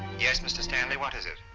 yes, mr. stanley what is it?